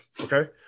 okay